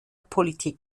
politik